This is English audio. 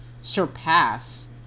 surpass